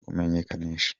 kumenyekanisha